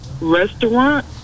restaurant